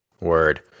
word